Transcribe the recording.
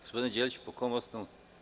Gospodine Đeliću, po kom osnovu?